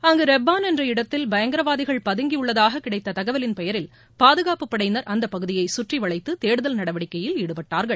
அங்கு ரெபான் என்ற இடத்தில் பயங்கரவாதிகள் பதங்கியுள்ளதாக கிடைத்த தகவலில் பெயரில் பாதுகாப்பு படையினர் அந்த பகுதியை கற்றி வளைத்து தேடுதல் நடவடிக்கையில் ஈடுபட்டார்கள்